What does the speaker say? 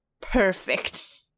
perfect